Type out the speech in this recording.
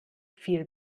viel